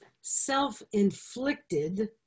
self-inflicted